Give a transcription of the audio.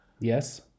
Yes